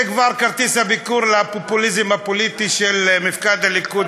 זה כבר כרטיס הביקור לפופוליזם הפוליטי של מפקד הליכוד.